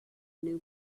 new